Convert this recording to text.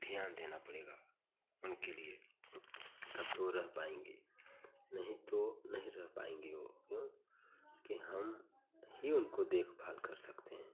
ध्यान देना पड़ेगा उनके लिए तब तो वे रह पाएँगी नहीं तो नहीं रह पाएँगी वे क्यों कि हम ही उनको देखभाल कर सकते हैं